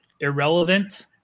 Irrelevant